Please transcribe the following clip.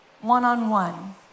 one-on-one